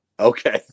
Okay